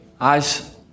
Eyes